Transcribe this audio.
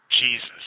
Jesus